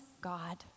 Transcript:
God